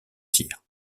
tir